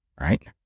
right